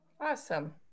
Awesome